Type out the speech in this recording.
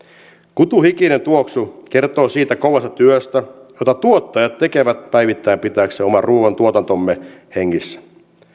kutun hikinen tuoksu kertoo siitä kovasta työstä jota tuottajat tekevät päivittäin pitääkseen oman ruuantuotantomme hengissä